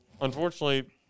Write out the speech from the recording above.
unfortunately